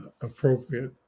appropriate